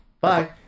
Bye